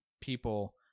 people